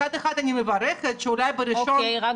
מצד אחד אני מברכת שאולי ב-1 בספטמבר זה יקרה,